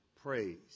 Praise